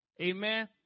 amen